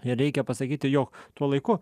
ir reikia pasakyti jog tuo laiku